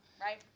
Right